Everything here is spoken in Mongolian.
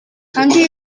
хамгийн